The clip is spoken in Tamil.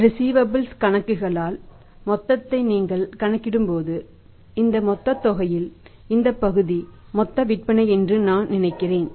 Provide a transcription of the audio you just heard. ரிஸீவபல்ஸ் கணக்குகளால் மொத்தத்தை நீங்கள் கணக்கிடும்போது இந்த மொத்தத் தொகையில் இந்த பகுதி மொத்த விற்பனை என்று நான் நினைக்கிறேன்